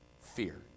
fear